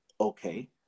okay